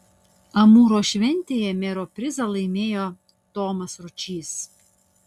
amūro šventėje mero prizą laimėjo tomas ručys